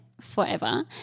forever